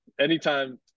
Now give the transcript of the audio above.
anytime